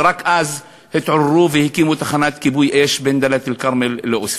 ורק אז התעוררו והקימו תחנת כיבוי אש בין דאלית-אלכרמל לעוספיא.